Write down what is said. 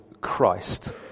Christ